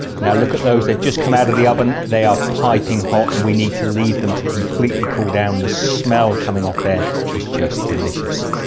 now look at those they've just come out of the oven they are piping hot and we need to leave them to completely cool down the smell coming off there is just delicious.